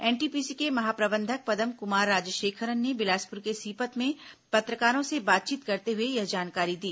NTPC के महाप्रबंधक पदम कुमार राजशेखरन ने बिलासपुर के सीपत में पत्रकारों से बातचीत करते हुए यह जानकारी दी